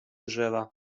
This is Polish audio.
drzewa